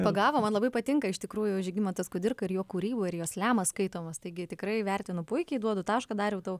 pagavo man labai patinka iš tikrųjų žygimantas kudirka ir jo kūryba ir jos slemas skaitomas taigi tikrai vertinu puikiai duodu tašką dariau tau